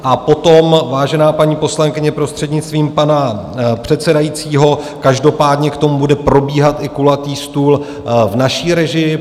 A potom vážená paní poslankyně, prostřednictvím pana předsedajícího, každopádně k tomu bude probíhat i kulatý stůl v naší režii.